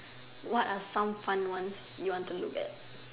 what are some fun ones you want to look at